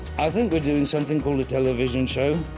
i think we're doing something called a television show.